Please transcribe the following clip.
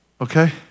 Okay